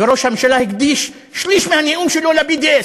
וראש הממשלה הקדיש שליש מהנאום שלו ל-BDS?